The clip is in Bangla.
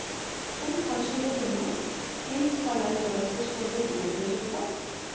কোন ফসলের জন্য স্প্রিংকলার জলসেচ পদ্ধতি উপযুক্ত?